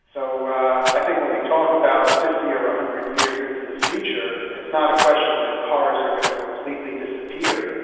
so i think when we talk about fifty or one ah hundred years into the future, it's not a question that cars are going to completely disappear,